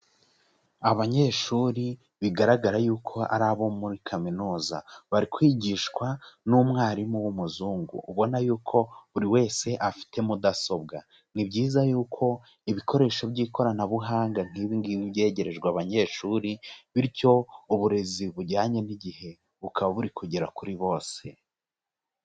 Abanyeshuri bigaragara yuko ari abo muri Kaminuza, bari kwigishwa n'umwarimu w'umuzungu, ubona yuko buri wese afite mudasobwa; ni byiza yuko ibikoresho by'ikoranabuhanga nk'ibi byegerejwe abanyeshuri, bityo uburezi bujyanye n'igihe bukaba buri kugera kuri bose.